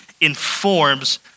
informs